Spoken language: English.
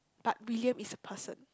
but William is a person